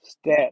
Step